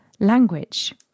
language